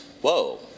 Whoa